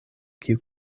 kiu